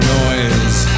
noise